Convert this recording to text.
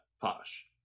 posh